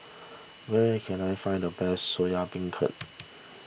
where can I find the best Soya Beancurd